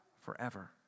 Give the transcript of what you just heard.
forever